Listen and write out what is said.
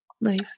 Nice